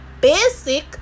basic